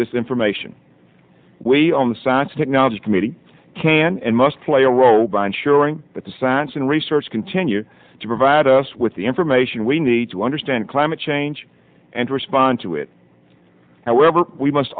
this information we on the science technology committee can and must play a role by ensuring that the science and research continue to provide us with the information we need to understand climate change and respond to it however we must